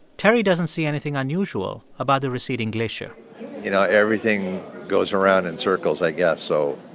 terry doesn't see anything unusual about the receding glacier you know, everything goes around in circles i guess. so,